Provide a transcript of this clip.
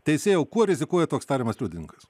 teisėjau kuo rizikuoja toks tariamas liudininkas